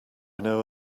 know